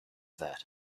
that